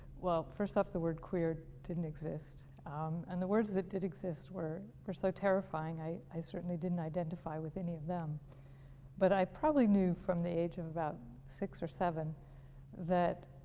well first off, the word queer didn't exist um and the words that did exist were we're so terrifying i i certainly didn't identify with any of them but i probably knew from the age of about six or seven that